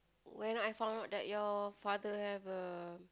when I found out that your father have a